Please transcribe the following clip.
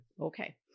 Okay